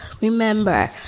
remember